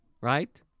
right